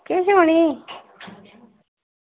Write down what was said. किश बी निं